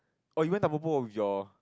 oh you went Tampopo with your